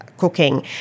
cooking